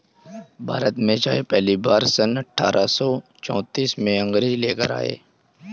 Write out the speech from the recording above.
भारत में चाय पहली बार सन अठारह सौ चौतीस में अंग्रेज लेकर आए